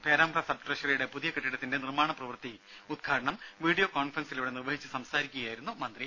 Perambra sub ട്രഷറിയുടെ പുതിയ കെട്ടിടത്തിന്റെ നിർമ്മാണ പ്രവൃത്തി ഉദ്ഘാടനം വീഡിയോ കോൺഫറൻസിലൂടെ നിർവഹിച്ച് സംസാരിക്കുകയായിരുന്നു മന്ത്രി